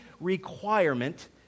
requirement